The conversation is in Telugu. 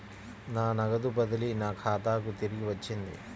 నా నగదు బదిలీ నా ఖాతాకు తిరిగి వచ్చింది